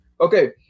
okay